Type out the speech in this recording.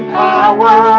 power